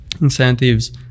incentives